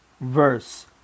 verse